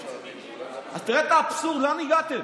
אז תראה את האבסורד, לאן הגעתם.